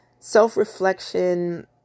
self-reflection